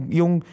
yung